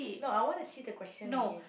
no I want to see the question again